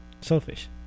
selfish